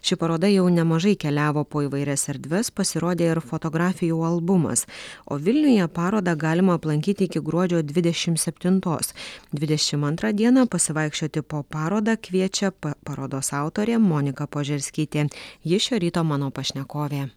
ši paroda jau nemažai keliavo po įvairias erdves pasirodė ir fotografijų albumas o vilniuje parodą galima aplankyti iki gruodžio dvidešim septintos dvidešim antrą dieną pasivaikščioti po parodą kviečia pa parodos autorė monika požerskytė ji šio ryto mano pašnekovė